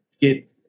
get